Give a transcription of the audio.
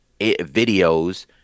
videos